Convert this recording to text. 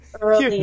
early